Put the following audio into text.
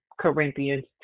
Corinthians